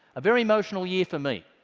a very emotional year for me.